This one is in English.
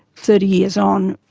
thirty years on,